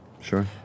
Sure